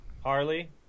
Harley